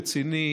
רציני,